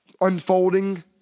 unfolding